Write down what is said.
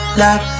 love